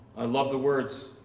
i love the words.